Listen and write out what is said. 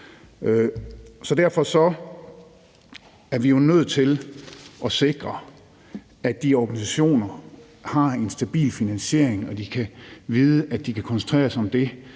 derfor er vi jo nødt til at sikre, at de organisationer har en stabil finansiering, og at de kan vide, at de kan koncentrere sig om det,